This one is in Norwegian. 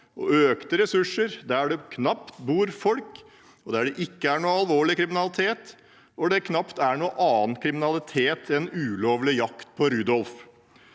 og økte ressurser der det knapt bor folk, og der det ikke er noen alvorlig kriminalitet – hvor det knapt er noen annen kriminalitet enn ulovlig jakt på Rudolf.